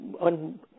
on